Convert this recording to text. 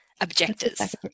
objectors